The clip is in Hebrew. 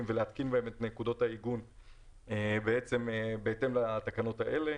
ולהתקין בהם את מקומות העיגון בהתאם לתקנות האלה,